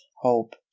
hope